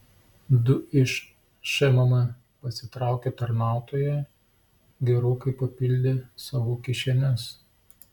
du iš šmm pasitraukę tarnautojai gerokai papildė savo kišenes